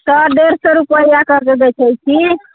सए डेढ़ सए रुपैआक देबै कहैत छी